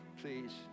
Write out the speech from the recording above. please